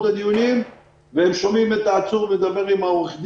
הדיונים והם שומעים את העצור מדבר עם עורך הדין.